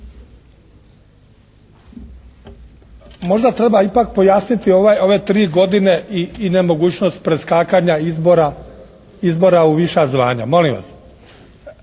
Možda treba ipak pojasniti ove tri godine i nemogućnost preskakanja izbora u viša zvanja. Molim vas.